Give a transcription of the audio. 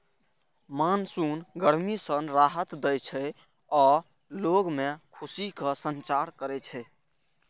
monsoon गर्मी सं राहत दै छै आ लोग मे खुशीक संचार करै छै